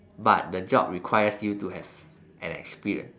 but the job requires you to have an experience